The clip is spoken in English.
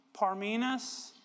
Parmenas